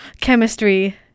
chemistry